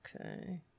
Okay